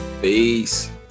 Peace